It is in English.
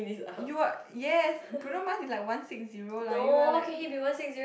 you are yes Bruno-Mars is like one six zero lah you are like